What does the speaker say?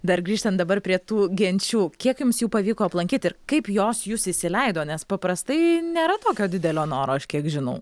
dar grįžtant dabar prie tų genčių kiek jums jų pavyko aplankyt ir kaip jos jus įsileido nes paprastai nėra tokio didelio noro aš kiek žinau